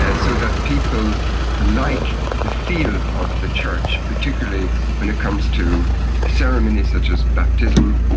ah so that people like the feel of the church, particularly when it comes to ceremonies such as baptism,